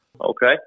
Okay